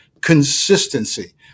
Consistency